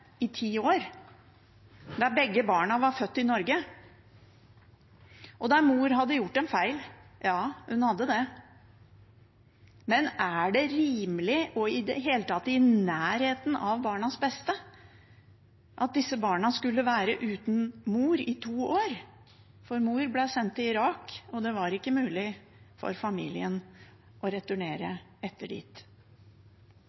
i 10 år. Begge barna var født i Norge. Mor hadde gjort en feil. Ja, hun hadde det. Men er det rimelig og i det hele tatt i nærheten av barnas beste at disse barna skulle være uten mor i 2 år? For mor ble sendt til Irak, og det var ikke mulig for familien å returnere